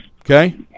Okay